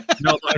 no